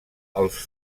els